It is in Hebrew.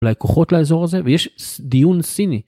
לקוחות לאזור הזה ויש דיון סיני.